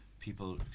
people